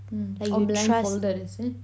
mm oh blindfolded is it